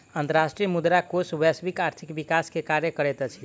अंतर्राष्ट्रीय मुद्रा कोष वैश्विक आर्थिक विकास के कार्य करैत अछि